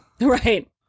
Right